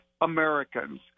Americans